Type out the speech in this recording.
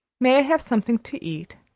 may i have something to eat?